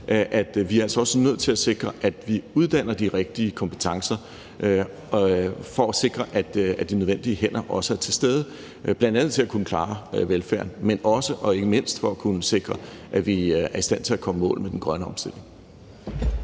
at vi også er nødt til at sikre, at vi uddanner til de rigtige kompetencer, for at sikre, at de nødvendige hænder også er til stede, bl.a. til at kunne klare velfærden, men også og ikke mindst for at kunne sikre, at vi er i stand til at komme i mål med den grønne omstilling.